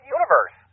Universe